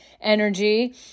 energy